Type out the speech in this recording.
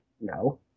no